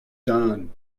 done